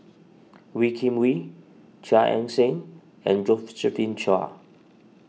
Wee Kim Wee Chia Ann Siang and Josephine Chia